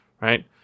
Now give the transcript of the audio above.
right